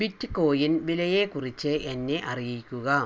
bitcoin വിലയെ കുറിച്ച് എന്നെ അറിയിക്കുക